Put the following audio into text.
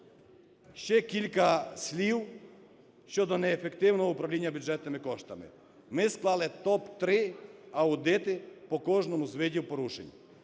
Ще кілька слів щодо неефективного управління бюджетними коштами. Ми склали топ-3 аудити по кожному з видів порушень.